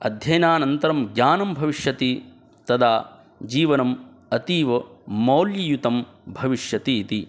अध्ययनानन्तरं ज्ञानं भविष्यति तदा जीवनम् अतीव मौल्ययुतं भविष्यतीति